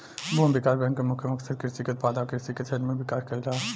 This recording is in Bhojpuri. भूमि विकास बैंक के मुख्य मकसद कृषि के उत्पादन आ कृषि के क्षेत्र में विकास कइल ह